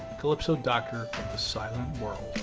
calypso doctor of the silent world.